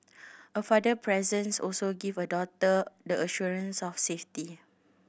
a father presence also give a daughter the assurance of safety